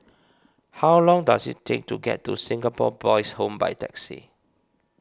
how long does it take to get to Singapore Boys' Home by taxi